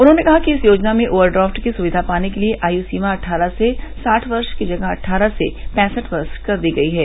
उन्होंने कहा कि इस योजना में ओवरड्राफ्ट की सुविधा पाने के लिए आयु सीमा अट्ठारह से साठ वर्ष की जगह अट्ठारह से पैंसठ वर्ष कर दी गई है